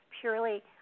purely